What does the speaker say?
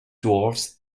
dwarves